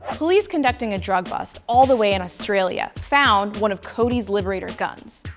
police conducting a drug bust all the way in australia found one of cody's liberator guns.